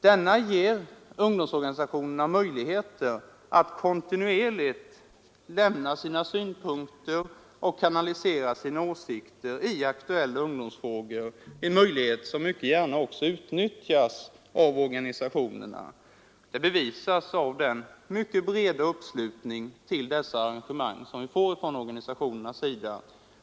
Dessa möten ger ungdomsorganisationerna möjligheter att kontinuerligt lämna sina synpunkter och kanalisera sina åsikter i aktuella ungdomsfrågor — en möjlighet som också gärna utnyttjas av organisationerna. Det bevisas av den mycket breda uppslutning vid dessa arrangemang som vi får från organisationernas sida.